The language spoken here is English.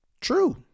true